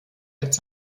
als